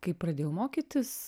kai pradėjau mokytis